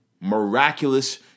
miraculous